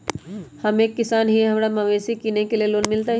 हम एक किसान हिए हमरा मवेसी किनैले लोन मिलतै?